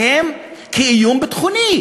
יושב-ראש הוועדה לביקורת